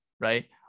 right